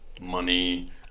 money